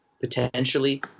potentially